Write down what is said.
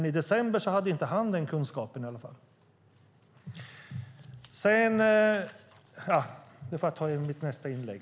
Men i december hade i varje fall inte den här polismannen den kunskapen. Jag får återkomma i nästa inlägg.